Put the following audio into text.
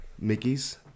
mickeys